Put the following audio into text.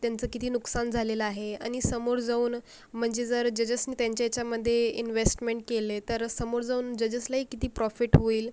त्यांचं किती नुकसान झालेलं आहे आणि समोर जाऊन म्हणजे जर जजेसनी त्यांच्या ह्याच्यामध्ये इन्व्हेस्टमेंट केले तर समोर जाऊन जजेसलाही किती प्रॉफिट होईल